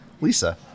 Lisa